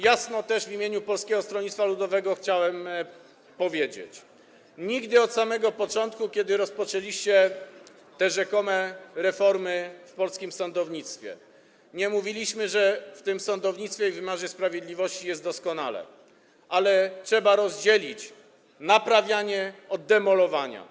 Jasno też w imieniu Polskiego Stronnictwa Ludowego chciałem powiedzieć, że nigdy, od samego początku, od kiedy rozpoczęliście te rzekome reformy w polskim sądownictwie, nie mówiliśmy, że w tym sądownictwie i wymiarze sprawiedliwości jest doskonale, ale trzeba rozdzielić naprawianie i demolowanie.